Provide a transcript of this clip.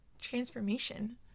transformation